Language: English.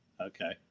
Okay